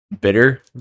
bitter